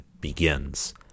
begins